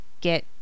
get